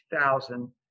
2000